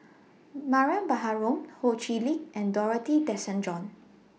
Mariam Baharom Ho Chee Lick and Dorothy Tessensohn